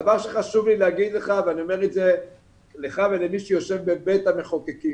דבר שחשוב לי לומר לך ואני אומר את זה לך ולמי שיושב בבית המחוקקים.